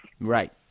Right